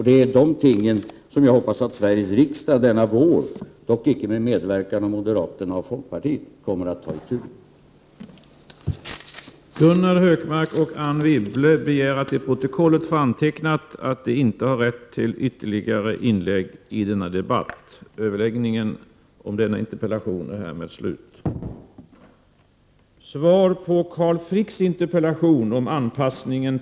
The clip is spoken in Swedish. Det är dessa ting som jag hoppas att Sveriges riksdag under denna vår, dock inte med medverkan av moderaterna och folkpartiet, kommer att ta itu med.